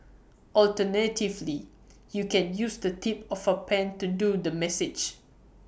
alternatively you can use the tip of A pen to do the massage